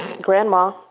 Grandma